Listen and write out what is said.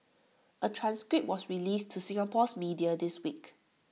A transcript was released to Singapore's media this week